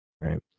right